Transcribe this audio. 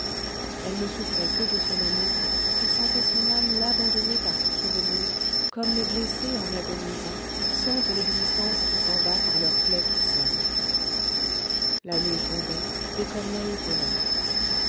elle ne souffrait que de son amour et sentait son âme l'abandonner par ce souvenir comme les blessés en agonisant sentent l'existence qui s'en va par leur plaie qui saigne la nuit tombait des corneilles volaient